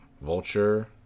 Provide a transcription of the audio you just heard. Vulture